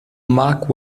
mark